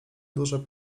duże